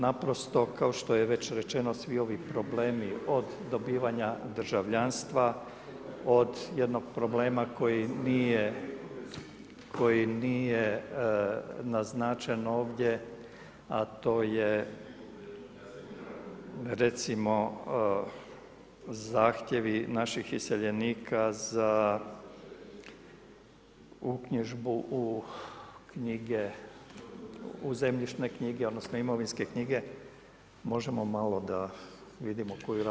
Naprosto kao što je već rečeno, svi ovi problem od dobivanja državljanstva, od jednog problema koji nije naznačen ovdje a to je recimo zahtjevi naših iseljenika za uknjižbu u zemljišne knjige odnosno imovinske knjige, možemo malo da vidimo koju raspravu